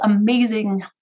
amazing